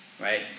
right